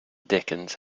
dickens